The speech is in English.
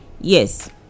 Yes